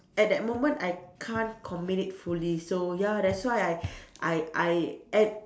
at that moment I can't commit it fully so ya that's why I I I and